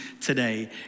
today